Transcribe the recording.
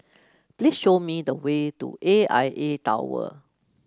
please show me the way to A I A Tower